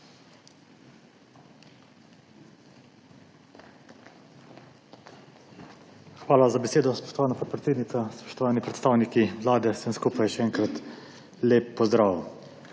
Hvala za besedo, spoštovana podpredsednica. Spoštovani predstavniki Vlade, vsem skupaj še enkrat lep pozdrav!